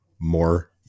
more